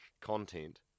content